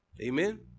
Amen